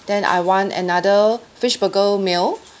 then I want another fish burger meal